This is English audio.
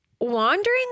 wandering